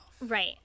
Right